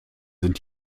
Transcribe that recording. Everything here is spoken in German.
sind